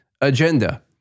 agenda